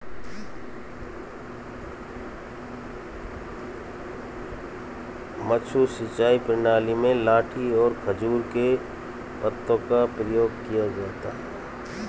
मद्दू सिंचाई प्रणाली में लाठी और खजूर के पत्तों का प्रयोग किया जाता है